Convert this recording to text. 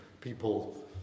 people